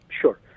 Sure